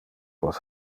vos